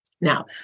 Now